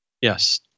Yes